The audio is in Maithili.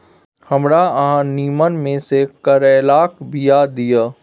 हमरा अहाँ नीमन में से करैलाक बीया दिय?